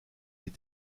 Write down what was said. les